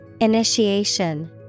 Initiation